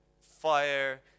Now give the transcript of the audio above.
fire